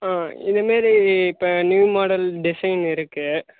ஆ இதமாரி இப்போ new model design இருக்கு